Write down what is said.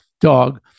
dog